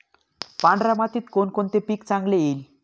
पांढऱ्या मातीत कोणकोणते पीक चांगले येईल?